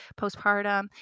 postpartum